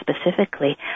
specifically